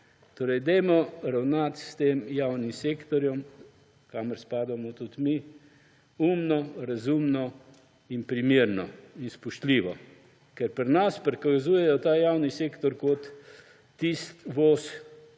Torej dajmo ravnati s tem javnim sektorjem, kamor spadamo tudi mi, umno, razumno in primerno in spoštljivo, ker pri nas prikazujejo ta javni sektor kot tisti voz,